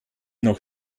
noch